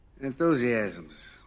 Enthusiasms